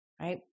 right